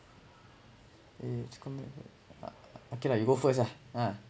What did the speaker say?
it's okay lah you go first ah